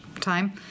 time